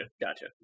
gotcha